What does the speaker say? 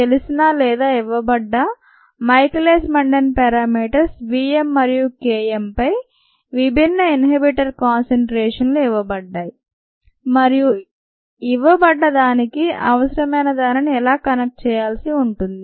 తెలిసిన లేదా ఇవ్వబడ్డ Michaelis Menten parameters V m మరియు K m పై విభిన్న ఇన్హిబిటర్ కాన్సంట్రేషన్లు ఇవ్వబడ్డాయి మరియు ఏమి ఇవ్వబడ్డ దానికి అవసరమైన దానిని ఎలా కనెక్ట్ చేయాల్సి ఉంటుంది